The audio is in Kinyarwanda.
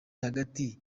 hagati